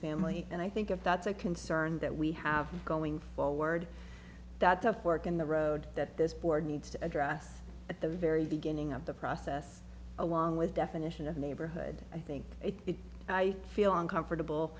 family and i think if that's a concern that we have going forward that the fork in the road that this board needs to address at the very beginning of the process along with definition of neighborhood i think it i feel